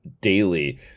daily